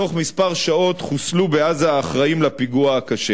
ובתוך שעות מספר חוסלו בעזה האחראים לפיגוע הקשה.